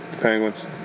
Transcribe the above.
Penguins